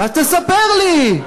אז תספר לי.